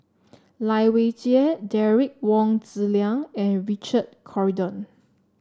Lai Weijie Derek Wong Zi Liang and Richard Corridon